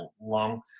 long